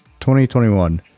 2021